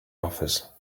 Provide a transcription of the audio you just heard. office